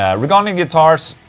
ah regarding guitars.